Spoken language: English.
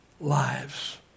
lives